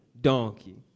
donkey